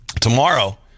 tomorrow